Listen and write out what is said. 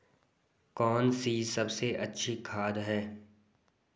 कौन सी सबसे अच्छी खाद है?